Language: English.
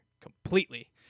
completely